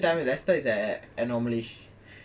leicester that time leicester is an anomaly